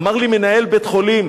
אמר לי מנהל בית-חולים,